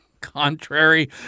contrary